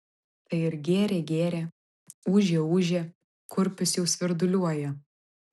tai ir gėrė gėrė ūžė ūžė kurpius jau svirduliuoja